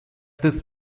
this